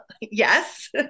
Yes